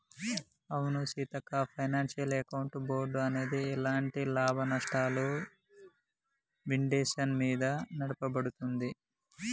అవును Seethakka financial account board అనేది ఎలాంటి లాభనష్టాలు విండేషన్ మీద నడపబడుతుంది